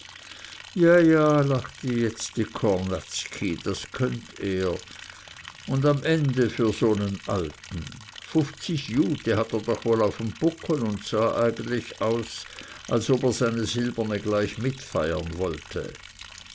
ja ja lachte jetzt die kornatzki das könnt er un am ende für so nen alten fuffzig jute hat er doch woll auf n puckel un sah eigentlich aus als ob er seine silberne gleich mitfeiern wollte